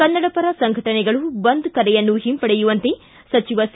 ಕನ್ನಡಪರ ಸಂಘಟನೆಗಳು ಬಂದ್ ಕರೆಯನ್ನು ಹಿಂಪಡೆಯುವಂತೆ ಸಚಿವ ಸಿ